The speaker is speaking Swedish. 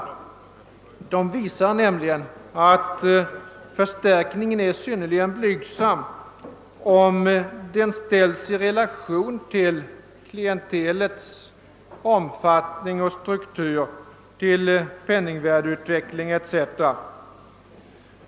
Rapporterna visar nämligen att förstärkningen är synnerligen blygsam, om den ställs i relation till klientelets omfattning och struktur, till penningvärdeutvecklingen etc.